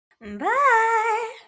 Bye